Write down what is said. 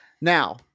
Now